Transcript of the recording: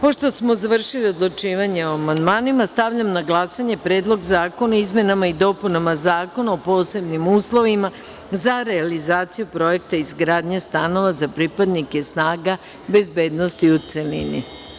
Pošto smo završili odlučivanje o amandmanima, stavljam na glasanje Predlog zakona o izmenama i dopunama Zakona o posebnim uslovima za realizaciju projekta izgradnje stanova za pripadnike snaga bezbednosti, u celini.